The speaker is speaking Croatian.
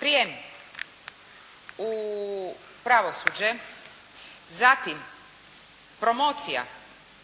prijem u pravosuđe, zatim promocija,